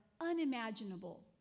unimaginable